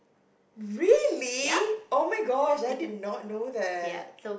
really oh-my-gosh I did not know that